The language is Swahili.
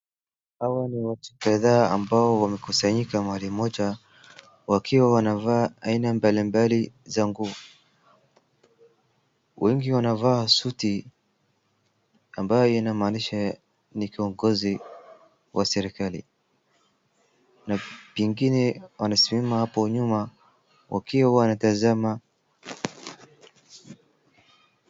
Hawa ni watu kadhaa ambao wamekusanyika mahali moja wakiwa wanavaa aina mbalimbali za nguo, wengi wanavaa suti ambayo inamaanisha ni kiongozi wa serikali, na pengine wanasimama hapo nyuma wakiwa wanatazama.